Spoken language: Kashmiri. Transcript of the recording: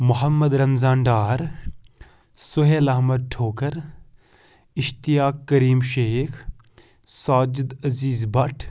محمد رمضان ڈار سہیل احمد ٹھوکَر اِشتیاق کریم شیخ ساجِد عزیٖز بَٹ